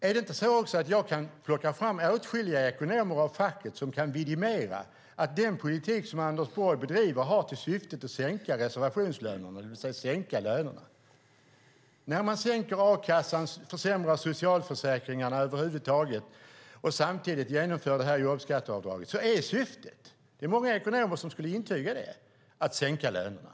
Är det inte också så att jag kan plocka fram åtskilliga ekonomer av facket som kan vidimera att den politik som Anders Borg bedriver har till syfte att sänka reservationslönerna, det vill säga sänka lönerna? När man sänker a-kassan och försämrar socialförsäkringarna över huvud taget och samtidigt genomför detta jobbskatteavdrag är syftet - det är många ekonomer som skulle intyga det - att sänka lönerna.